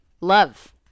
love